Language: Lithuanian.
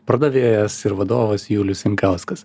pardavėjas ir vadovas julius jankauskas